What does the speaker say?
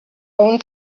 own